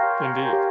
Indeed